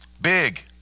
Big